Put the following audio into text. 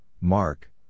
Mark